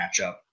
matchup